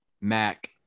Mac